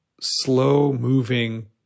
slow-moving